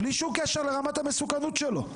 בלי שום קשר לרמת המסוכנות שלו.